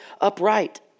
upright